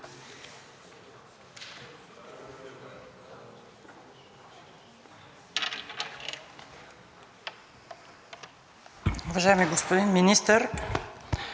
Уважаеми господин Министър,